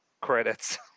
credits